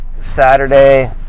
Saturday